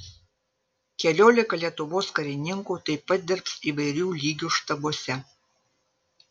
keliolika lietuvos karininkų taip pat dirbs įvairių lygių štabuose